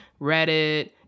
Reddit